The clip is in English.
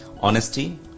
honesty